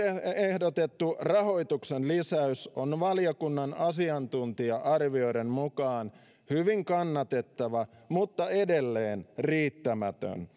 ehdotettu rahoituksen lisäys on valiokunnan asiantuntija arvioiden mukaan hyvin kannatettava mutta edelleen riittämätön